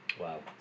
Wow